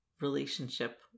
relationship